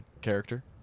character